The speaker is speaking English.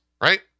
right